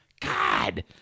God